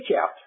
out